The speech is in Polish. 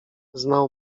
znał